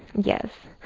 yes.